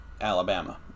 Alabama